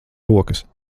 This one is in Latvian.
rokas